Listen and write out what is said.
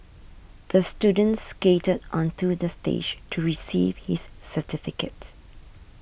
the student skated onto the stage to receive his certificate